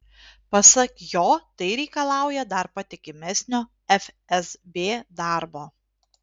pasak jo tai reikalauja dar patikimesnio fsb darbo